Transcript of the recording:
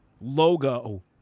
logo